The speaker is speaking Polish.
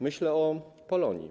Myślę o Polonii.